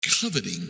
coveting